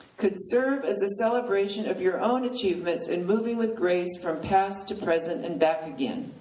could serve as a celebration of your own achievements in moving with grace from past to present and back again.